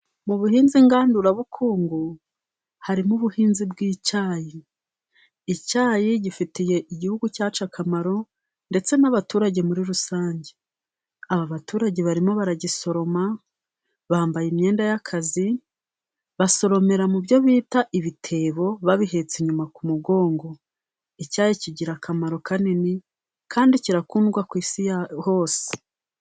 Mu buhinzi ngandurabukungu harimo ubuhinzi bw'icyayi. Icyayi gifitiye igihugu cyacu akamaro ndetse n'abaturage muri rusange. Aba baturage barimo baragisoroma bambaye imyenda y'akazi, basoromera mu byo bita ibitebo, babihetse inyuma ku mugongo. Icyayi kigira akamaro kanini kandi kirakundwa ku isi hose.